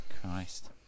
Christ